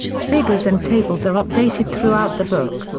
figures and tables are updated throughout the book,